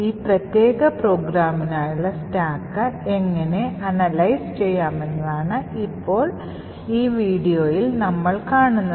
ഈ പ്രത്യേക പ്രോഗ്രാമിനായുള്ള സ്റ്റാക്ക് എങ്ങനെ വിശകലനം ചെയ്യാമെന്നതാണ് ഇപ്പോൾ ഈ വീഡിയോയിൽ നമ്മൾ കാണുന്നത്